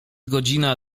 godzina